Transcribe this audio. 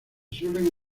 suelen